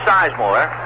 Sizemore